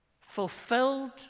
fulfilled